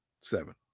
Seven